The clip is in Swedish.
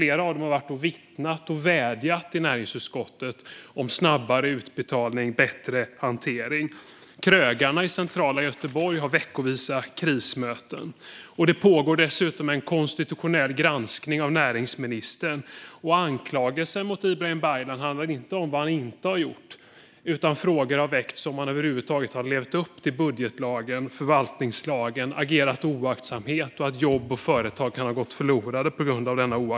Flera av dem har vittnat och vädjat inför näringsutskottet om snabbare utbetalning och bättre hantering. Krögarna i centrala Göteborg har veckovisa krismöten. Det pågår dessutom en konstitutionell granskning av näringsministern. Anklagelsen mot Ibrahim Baylan handlar inte om vad han inte har gjort, utan frågor har väckts om huruvida han över huvud taget har levt upp till budgetlagen och förvaltningslagen samt om han agerat med en sådan oaktsamhet att jobb och företag kan ha gått förlorade på grund av den.